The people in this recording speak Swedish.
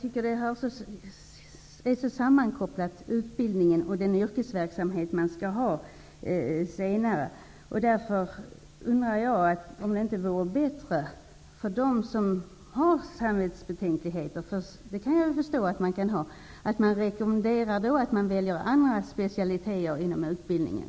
Herr talman! Jag tycker att utbildningen och den yrkesverksamhet man skall ha senare är så sammankopplade. Därför undrar jag om det inte vore bättre för dem som har samvetsbetänkligheter -- det kan jag förstå att man kan ha -- att man rekommenderar dem att välja andra specialiteter inom utbildningen.